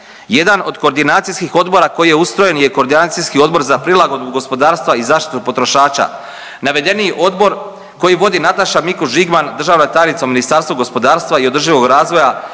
Jedan od koordinacijskih odbora koji je ustrojen je Koordinacijski odbor za prilagodbu gospodarstva i zaštitu potrošača. Navedeni odbor koji vodi Nataša Mikuš Žigman, državna tajnica u Ministarstvu gospodarstva i održivog razvoja